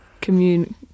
community